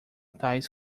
tais